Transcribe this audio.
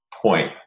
point